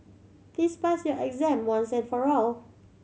please pass your exam once and for all